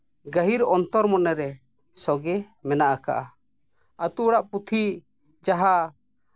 ᱜᱟᱹᱦᱤᱨ ᱚᱱᱛᱚᱨ ᱢᱚᱱᱮᱨᱮ ᱥᱚᱜᱮ ᱢᱮᱱᱟᱜ ᱠᱟᱜᱼᱟ ᱟᱹᱛᱩ ᱚᱲᱟᱜ ᱯᱩᱛᱷᱤ ᱡᱟᱦᱟᱸ